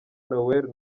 noël